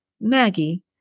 Maggie